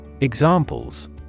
Examples